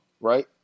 Right